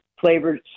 flavored